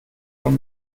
von